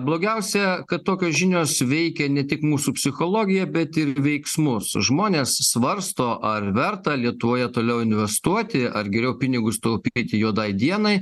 blogiausia kad tokios žinios veikia ne tik mūsų psichologiją bet ir veiksmus žmonės svarsto ar verta lietuvoje toliau investuoti ar geriau pinigus taupyti juodai dienai